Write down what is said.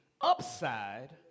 upside